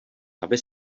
aby